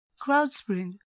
Crowdspring